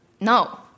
No